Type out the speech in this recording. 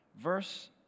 verse